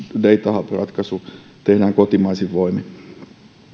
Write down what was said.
datahub ratkaisu tehdään kotimaisin voimin